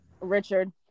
richard